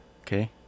okay